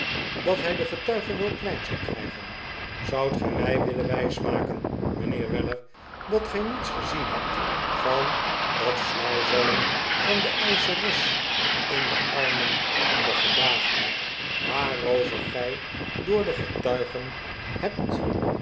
dat hij den getuige wel klein zou krijgen zoudt gij mij willen wijsmaken mijnheer weller dat gij niets gezien hebt van dat flauwv alien van de eischeres in de armen van den gedaagde waarover gij door de getuigen hebt